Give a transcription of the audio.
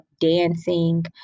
dancing